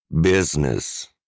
business